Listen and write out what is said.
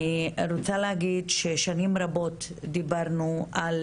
אני רוצה להגיד ששנים רבות דיברנו על